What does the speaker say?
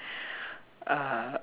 uh